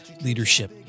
leadership